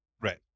Right